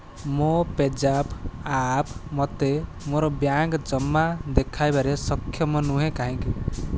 ମୋ PayZapp app ମୋତେ ମୋର ବ୍ୟାଙ୍କ୍ ଜମା ଦେଖାଇବାରେ ସକ୍ଷମ ନୁହେଁ କାହିଁକି